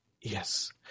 Yes